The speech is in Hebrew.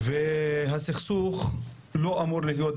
וצריך לתת להם את כול מה שרק אפשר, לא רק רמה א',